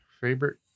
favorite